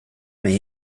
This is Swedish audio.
mig